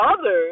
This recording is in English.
others